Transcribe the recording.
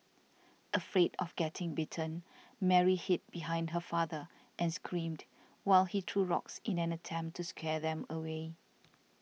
afraid of getting bitten Mary hid behind her father and screamed while he threw rocks in an attempt to scare them away